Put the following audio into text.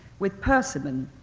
with persimmon,